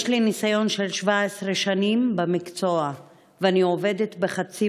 יש לי ניסיון של 17 שנים במקצוע ואני עובדת בחצי